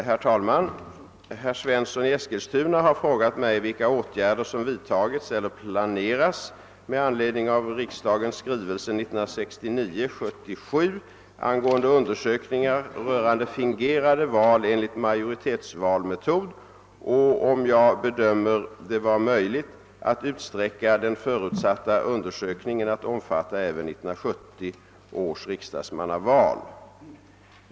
Herr talman! Herr Svensson i Eskilstuna har frågat mig vilka åtgärder som vidtagits eller planeras med anledning av riksdagens skrivelse 1969: 77 angående undersökningar rörande fingerade val enligt majoritetsvalmetod och om jag bedömer det vara möjligt att utsträcka den förutsatta undersökningen att omfatta även 1970 års riksdagsmannaval.